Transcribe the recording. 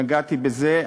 נגעתי בזה,